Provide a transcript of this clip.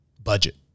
Budget